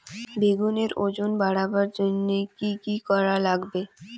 বেগুনের ওজন বাড়াবার জইন্যে কি কি করা লাগবে?